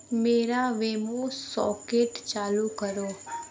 मेरा Wemo socket चालू करो